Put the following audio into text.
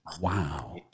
Wow